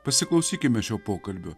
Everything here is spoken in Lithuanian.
pasiklausykime šio pokalbio